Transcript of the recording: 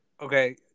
okay